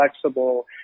flexible